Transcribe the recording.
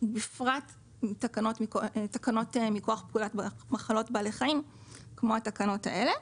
בפרט תקנות מכוח פקודת מחלות בעלי חיים כמו התקנות האלה.